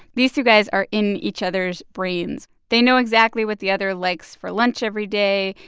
these two guys are in each other's brains. they know exactly what the other likes for lunch every day.